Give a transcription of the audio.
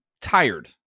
tired